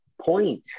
point